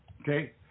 okay